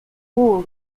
hall